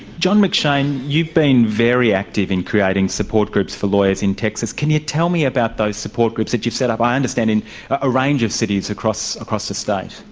john mcshane, you've been very active in creating support groups for lawyers in texas. can you tell me about those support groups that you've set up, i understand understand in a range of cities across across the state?